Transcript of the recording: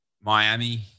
Miami